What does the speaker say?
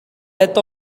death